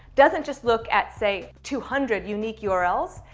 doesn't just look at, say, two hundred unique yeah urls.